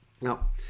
Now